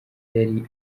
yari